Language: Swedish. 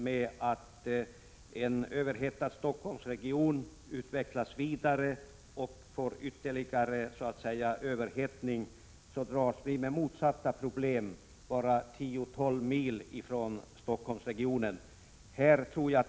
Medan en överhettad Stockholmsregion utvecklas vidare och mot ytterligare överhettning, så dras vi med motsatta problem bara 10—12 mil från Stockholmsregionen.